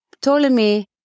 Ptolemy